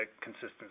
consistent